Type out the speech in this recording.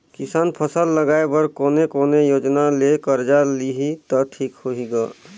किसान फसल लगाय बर कोने कोने योजना ले कर्जा लिही त ठीक होही ग?